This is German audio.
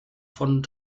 von